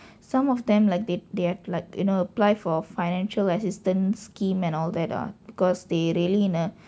some of them like they they're like you know apply for financial assistance scheme and all that ah cause they really in a